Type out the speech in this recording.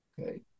okay